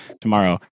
tomorrow